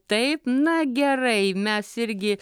taip na gerai mes irgi